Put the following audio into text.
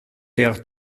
der